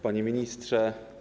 Panie Ministrze!